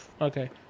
okay